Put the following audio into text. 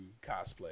cosplay